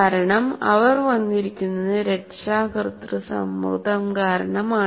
കാരണം അവർ വന്നിരിക്കുന്നത് രക്ഷാകർതൃ സമ്മർദം കാരണമാണ്